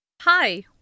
Hi